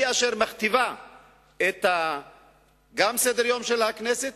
היא אשר מכתיבה את סדר-היום של הכנסת,